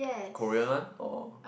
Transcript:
Korean one or